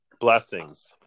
blessings